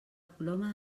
coloma